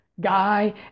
guy